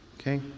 Okay